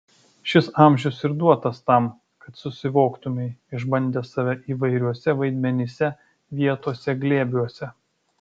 šis amžius ir duotas tam kad susivoktumei išbandęs save įvairiuose vaidmenyse vietose glėbiuose